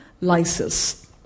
lysis